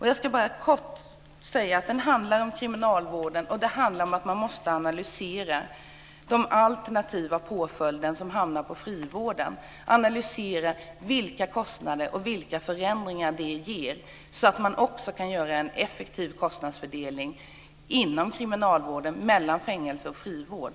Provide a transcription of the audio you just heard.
Jag ska bara kort säga att den handlar om kriminalvården, och den handlar om att man måste analysera de alternativa påföljderna som hamnar på frivården, analysera vilka kostnader och vilka förändringar de medför, så att man också kan göra en effektiv kostnadsfördelning inom kriminalvården mellan fängelsevård och frivård.